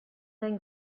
then